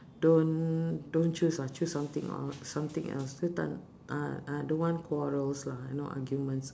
don't don't choose ah choose some something el~ something else dia ta~ ah ah don't want quarrels lah you know arguments